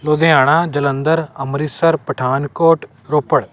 Ludhiana Jalandhar Amritsar Pathankot Ropar